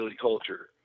culture